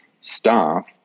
staff